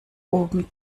oben